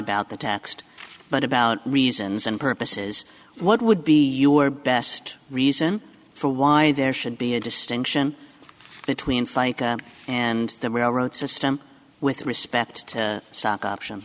about the taxed but about reasons and purposes what would be your best reason for why there should be a distinction between fica and the railroad system with respect to stock options